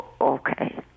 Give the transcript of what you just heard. Okay